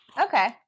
okay